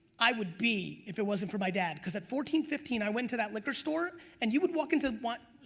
i would be, if it wasn't for my dad. cause at fourteen, fifteen i went to that liquor store and you would walk into that,